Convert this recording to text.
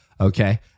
okay